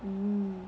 hmm